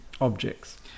Objects